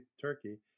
turkey